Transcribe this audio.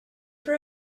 for